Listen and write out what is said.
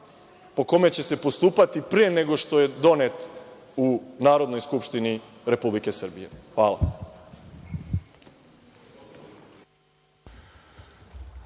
po kome će se postupati pre nego što je donet u Narodnoj skupštini Republike Srbije. Hvala.